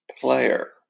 player